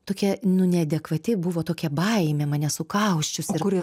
tokia nu neadekvati buvo tokia baimė mane sukausčiusi